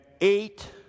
eight